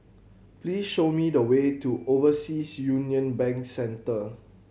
please show me the way to Overseas Union Bank Centre